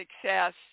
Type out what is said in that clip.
success